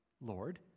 Lord